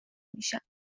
میشم